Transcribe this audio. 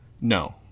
No